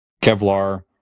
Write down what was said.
Kevlar